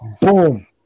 Boom